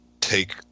take